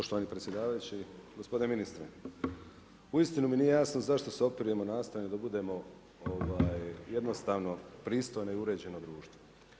Poštovani predsjedavajući, gospodine ministre, uistinu mi nije jasno zašto su opiramo nastajanju da budemo jednostavno pristojno i uređeno društvo?